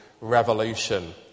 revolution